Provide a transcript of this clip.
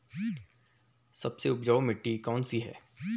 सबसे उपजाऊ मिट्टी कौन सी है?